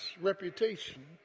reputation